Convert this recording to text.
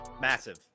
Massive